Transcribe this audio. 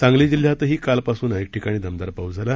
सांगली जिल्ह्यातही कालपासून अनेक ठिकाणी दमदार पाऊस झाला